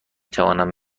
توانم